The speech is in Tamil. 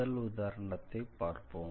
முதல் உதாரணத்தை பார்ப்போம்